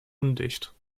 undicht